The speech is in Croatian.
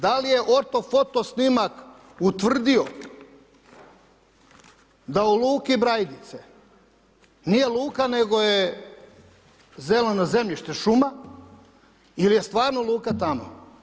Da li je ortofoto snimak utvrdio da u luki Brajdice, nije luka nego je zeleno zemljište šuma ili je stvarno luka tamo.